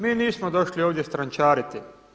Mi nismo došli ovdje strančariti.